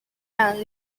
and